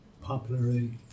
popularly